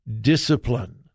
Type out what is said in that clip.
Discipline